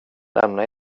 lämna